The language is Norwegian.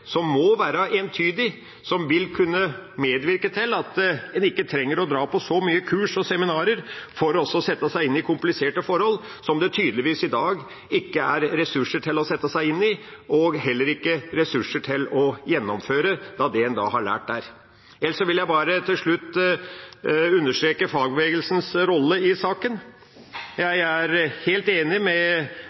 seminarer for å sette seg inn i kompliserte forhold som det tydeligvis i dag ikke er ressurser til å sette seg inn i og heller ikke til å gjennomføre av det en har lært der. Ellers vil jeg bare til slutt understreke fagbevegelsens rolle i saken. Jeg er helt enig med